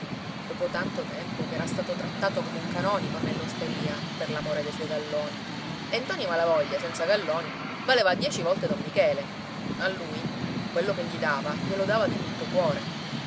dopo tanto tempo ch'era stato trattato come un canonico nell'osteria per l'amore dei suoi galloni e ntoni malavoglia senza galloni valeva dieci volte don michele a lui quello che gli dava glielo dava di tutto cuore